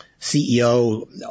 CEO